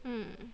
mm